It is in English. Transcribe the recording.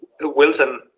Wilson